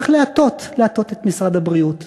צריך להטות: להטות את משרד הבריאות